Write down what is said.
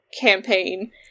campaign